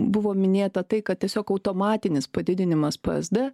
buvo minėta tai kad tiesiog automatinis padidinimas psd